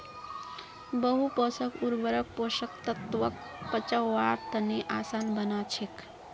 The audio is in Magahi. बहु पोषक उर्वरक पोषक तत्वक पचव्वार तने आसान बना छेक